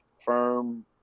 firm